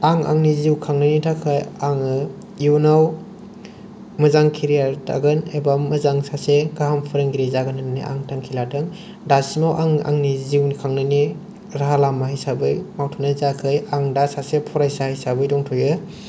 आं आंनि जिउ खांनायनि थाखाय आङो इयुनाव मोजां केरियार दागोन एबा मोजां सासे गाहाम फोरोंगिरि जागोन होननानै आं थांखि लादों दासिमाव आं आंनि जिउ खांनायनि राहा लामा हिसाबै मावथ'नाय जायाखै आं दा सासे फरायसा हिसाबै दंथ'यो